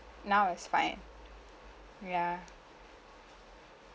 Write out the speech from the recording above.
now it's fine ya